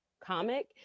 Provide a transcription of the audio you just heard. comic